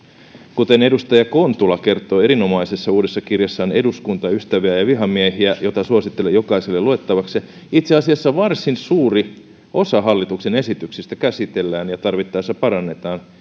kuten edustaja kontula kertoi erinomaisessa uudessa kirjassaan eduskunta ystäviä ja ja vihamiehiä jota suosittelen jokaiselle luettavaksi itse asiassa varsin suuri osa hallituksen esityksistä käsitellään ja niitä tarvittaessa parannetaan